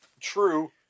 true